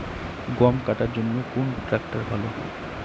গম কাটার জন্যে কোন ট্র্যাক্টর ভালো?